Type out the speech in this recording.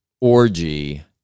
orgy